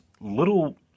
little